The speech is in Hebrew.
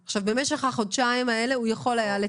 במשך החודשיים האלה הוא יכול היה לתקן.